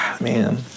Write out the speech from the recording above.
man